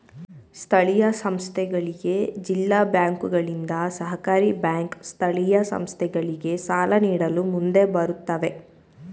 ಸ್ಥಳೀಯ ಸಂಸ್ಥೆಗಳಿಗೆ ಜಿಲ್ಲಾ ಬ್ಯಾಂಕುಗಳಿಂದ, ಸಹಕಾರಿ ಬ್ಯಾಂಕ್ ಸ್ಥಳೀಯ ಸಂಸ್ಥೆಗಳಿಗೆ ಸಾಲ ನೀಡಲು ಮುಂದೆ ಬರುತ್ತವೆ